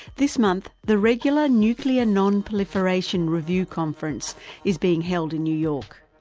this month, the regular, nuclear non-proliferation review conference is being held in new york.